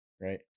right